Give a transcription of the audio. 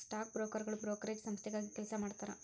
stock ಬ್ರೋಕರ್ಗಳು brokerage ಸಂಸ್ಥೆಗಾಗಿ ಕೆಲಸ ಮಾಡತಾರಾ